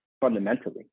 fundamentally